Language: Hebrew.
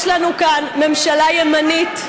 יש לנו כאן ממשלה ימנית.